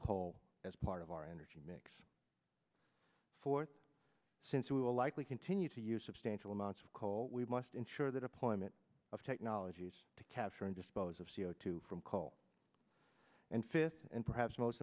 coal as part of our energy mix for since we will likely continue to use substantial amounts of coal we must ensure that appointment of technologies to capture and dispose of c o two from coal and fifth and perhaps most